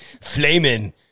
flaming